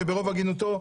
שברוב הגינותו,